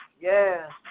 yes